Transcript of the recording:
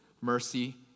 mercy